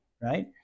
right